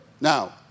Now